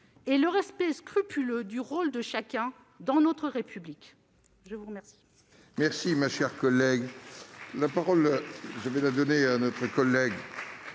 et le respect scrupuleux du rôle de chacun dans notre République. La parole